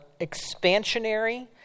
expansionary